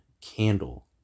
candle